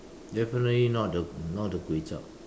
definitely not the not the kway-chap